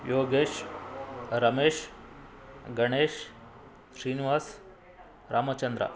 Yogesh Ramesh Ganesh Srinivas Ramachandra